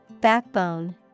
Backbone